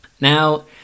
Now